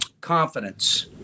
confidence